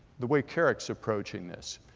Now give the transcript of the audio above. the way carrick's approaching this,